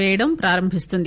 పేయడం ప్రారంభిస్తుంది